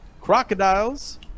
crocodiles